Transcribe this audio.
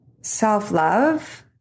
self-love